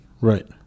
Right